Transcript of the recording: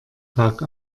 tag